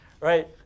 right